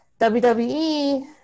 WWE